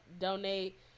donate